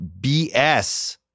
BS